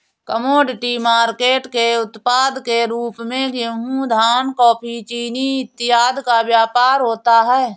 commodity market के उत्पाद के रूप में गेहूं धान कॉफी चीनी इत्यादि का व्यापार होता है